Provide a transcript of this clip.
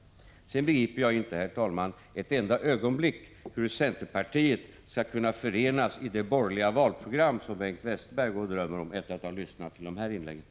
Efter att ha lyssnat till de här inläggen begriper inte jag, herr talman, hur centerpartiet skall kunna förenas med de övriga partierna i det borgerliga valprogram som Bengt Westerberg går och drömmer om.